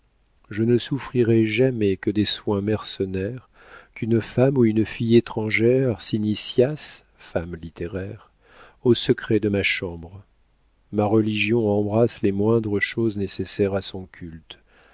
je ne souffrirais jamais que des soins mercenaires qu'une femme ou une fille étrangère s'initiassent femme littéraire aux secrets de ma chambre ma religion embrasse les moindres choses nécessaires à son culte